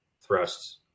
thrusts